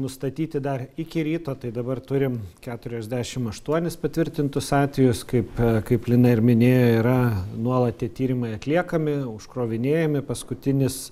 nustatyti dar iki ryto tai dabar turim keturiasdešim aštuonis patvirtintus atvejus kaip kaip lina ir minėjo yra nuolat tie tyrimai atliekami užkrovinėjami paskutinis